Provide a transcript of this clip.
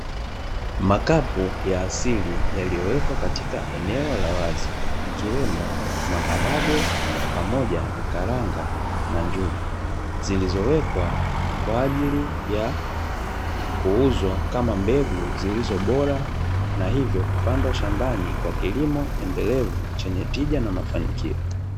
Makapu ya asili yaliyowekwa katika eneo la wazi ikiwemo maharagwe pamoja na karanga na njugu zilizowekwa kwa ajili ya kuuzwa, kama mbegu zilizo bora na hivyo kupandwa shambani kwa kilimo endelevu chenye tija na mafanikio.